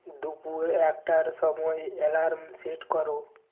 দুপুর একটার সময় অ্যালার্ম সেট করো